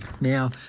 Now